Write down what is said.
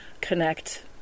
Connect